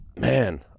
Man